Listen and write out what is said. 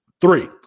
Three